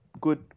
Good